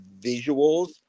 visuals